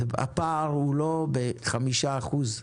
הפער הוא לא בחמישה אחוז,